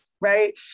right